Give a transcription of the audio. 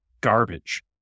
garbage